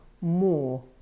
more